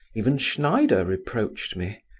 even schneider reproached me.